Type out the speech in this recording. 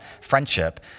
friendship